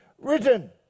written